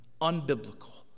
unbiblical